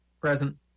Present